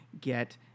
get